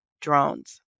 drones